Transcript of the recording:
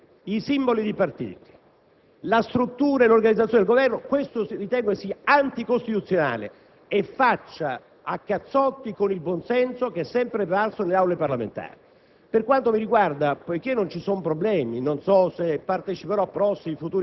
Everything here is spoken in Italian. Ma l'idea per la quale si debbono decidere nella finanziaria i simboli dei partiti, la struttura e l'organizzazione del Governo ritengo sia anticostituzionale e faccia a cazzotti con il buonsenso che è sempre prevalso nelle Aule parlamentari.